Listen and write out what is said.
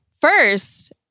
First